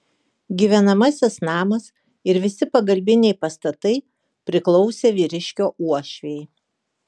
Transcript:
gyvenamasis namas ir visi pagalbiniai pastatai priklausė vyriškio uošvei